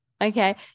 Okay